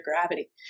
gravity